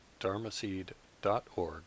dharmaseed.org